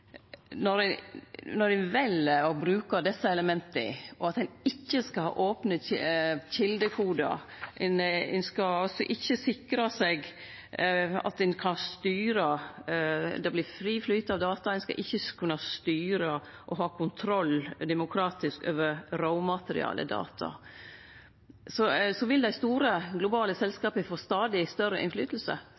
når ein vel å bruke desse elementa, og ein ikkje skal ha opne kjeldekodar, det vert fri flyt av data, og ein ikkje skal kunne styre og ha demokratisk kontroll over råmaterialedata, vil dei store globale selskapa få stadig større påverknad. Me ser allereie i dag at Forsvaret har skyløysingar som dei store